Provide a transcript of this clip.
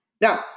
Now